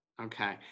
Okay